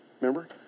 Remember